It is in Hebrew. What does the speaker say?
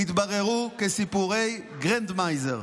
התבררו כסיפורי גרנדמייזר.